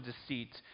deceit